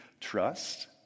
trust